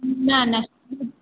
न न